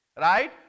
right